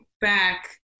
back